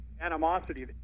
animosity